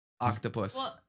Octopus